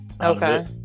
Okay